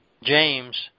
James